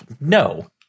no